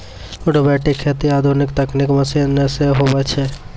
robotic खेती आधुनिक तकनिकी मशीन से हुवै छै